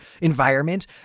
environment